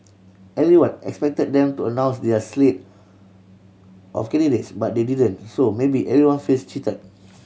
everyone expected them to announce their slate of candidates but they didn't so maybe everyone feels cheated